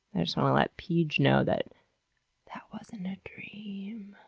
and just want to let peej know that that wasn't a dream,